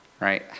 right